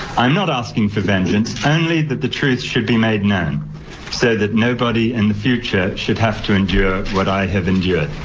i'm not asking for vengeance, only that the truth should be made known so that nobody and in future should have to endure what i have endured.